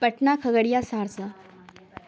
Patna Khagaria Saharsa